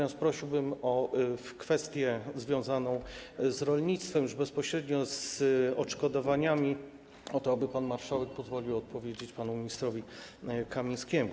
Jeżeli chodzi o kwestię związaną z rolnictwem, już bezpośrednio z odszkodowaniami, prosiłbym, aby pan marszałek pozwolił odpowiedzieć panu ministrowi Kamińskiemu.